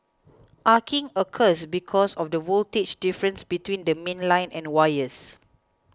arcing occurs because of the voltage difference between the mainline and wires